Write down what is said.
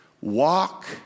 Walk